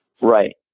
Right